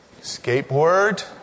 Skateboard